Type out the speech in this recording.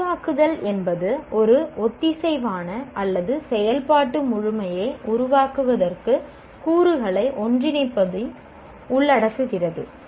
உருவாக்குதல் என்பது ஒரு ஒத்திசைவான அல்லது செயல்பாட்டு முழுமையை உருவாக்குவதற்கு கூறுகளை ஒன்றிணைப்பதை உள்ளடக்குகிறது